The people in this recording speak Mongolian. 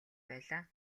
байлаа